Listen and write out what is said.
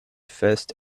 first